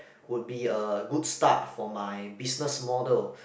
would be a good start for my business model